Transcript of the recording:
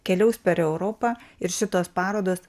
keliaus per europą ir šitos parodos